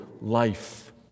life